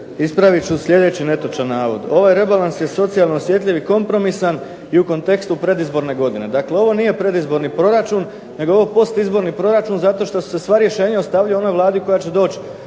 Ispravit ću sljedeći netočan navod ovaj rebalans je socijalno osjetljiv i kompromisan i u kontekstu predizborne godine. Dakle ovo nije predizborni proračun, nego je ovo postizborni proračun zato šta se sva rješenja ostavljaju onoj Vladi koja će doći